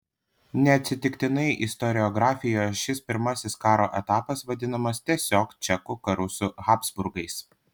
neatsitiktinai istoriografijoje šis pirmasis karo etapas vadinamas tiesiog čekų karu su habsburgais